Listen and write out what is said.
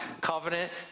covenant